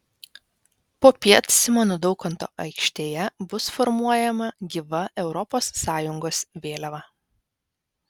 popiet simono daukanto aikštėje bus formuojama gyva europos sąjungos vėliava